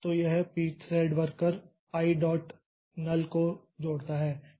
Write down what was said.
तो यह pthread worker i dot NULL को जोड़ता है